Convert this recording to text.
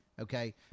Okay